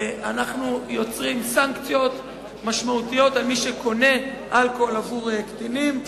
אנחנו יוצרים סנקציות משמעותיות על מי שקונה אלכוהול בעבור קטינים.